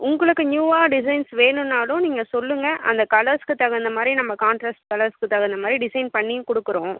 உங்களுக்கு நியூவாக டிசைன்ஸ் வேணும்னாலும் நீங்கள் சொல்லுங்கள் அந்த கலர்ஸ்க்கு தகுந்தமாதிரி நம்ம கான்ட்ராஸ்ட் கலர்ஸ்க்கு தகுந்தமாதிரி டிசைன் பண்ணியும் கொடுக்குறோம்